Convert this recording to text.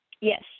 Yes